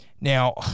Now